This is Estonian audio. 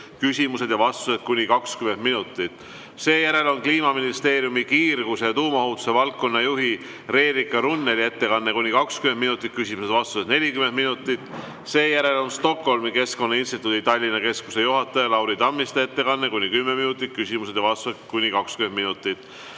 küsimused ja vastused kuni 20 minutit. Seejärel on Kliimaministeeriumi kiirguse ja tuumaohutuse valdkonna juhi Reelika Runneli ettekanne kuni 20 minutit, küsimused ja vastused 40 minutit. Seejärel on Stockholmi Keskkonnainstituudi Tallinna Keskuse juhataja Lauri Tammiste ettekanne kuni 10 minutit, küsimused ja vastused kuni 20 minutit.